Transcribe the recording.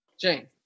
Jane